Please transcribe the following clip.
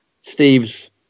Steve's